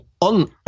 On